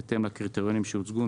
בהתאם לקריטריונים שהוצגו.